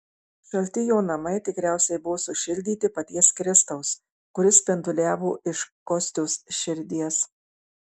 šalti jo namai tikriausiai buvo sušildyti paties kristaus kuris spinduliavo iš kostios širdies